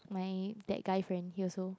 my that guy friends he also